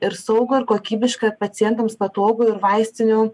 ir saugų ir kokybišką pacientams patogų ir vaistinių